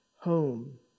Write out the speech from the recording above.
Home